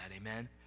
amen